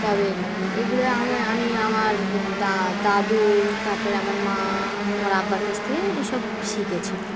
তবে এগুলো আম আমি আমার দা দাদু তারপরে আমার মা আমার আব্বার কাছ থেকে এইসব শিখেছি